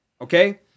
Okay